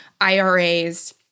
IRAs